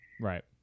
right